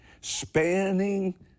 spanning